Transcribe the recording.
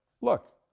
look